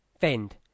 fend